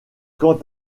quant